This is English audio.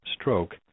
stroke